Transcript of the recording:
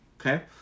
Okay